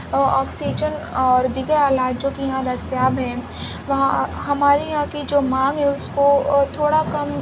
اور آکسیجن اور دیگر آلات جو کہ یہاں دستیاب ہیں وہاں ہمارے یہاں کی جو مانگ ہے اس کو تھوڑا کم